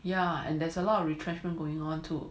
yeah and there's a lot of retrenchment going on too